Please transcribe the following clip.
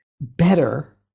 better